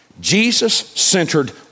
Jesus-centered